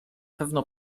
pewno